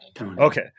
okay